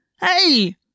Hey